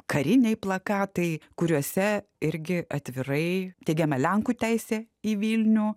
kariniai plakatai kuriuose irgi atvirai teigiama lenkų teisė į vilnių